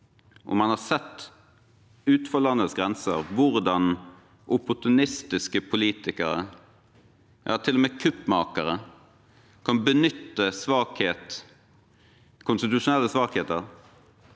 man har sett utenfor landets grenser hvordan opportunistiske politikere, til og med kuppmakere, kan benytte konstitusjonelle svakheter